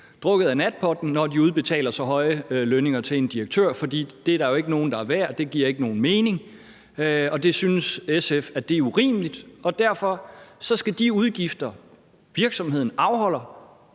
drukket af natpotten, når de udbetaler så høje lønninger til en direktør, for det er der jo ikke nogen der er værd, og det giver ikke nogen mening. Det synes SF er urimeligt, og derfor skal de udgifter, virksomheden afholder,